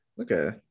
Okay